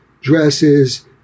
dresses